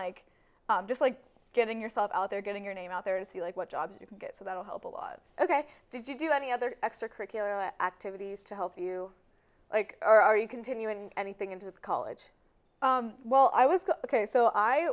like just like getting yourself out there getting your name out there and see like what jobs you can get so that'll help a lot ok did you do any other extracurricular activities to help you like or are you continuing anything into the college while i was ok so i